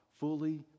Fully